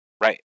Right